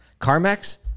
Carmax